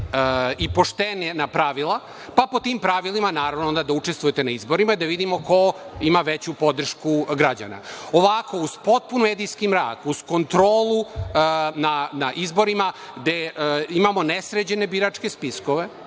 i poštena pravila, pa po tim pravilima, naravno onda da učestvujete na izborima i da vidimo ko ima veću podršku građana. Ovako, uz potpuni medijski mrak, uz kontrolu na izborima gde imamo nesređene biračke spiskove,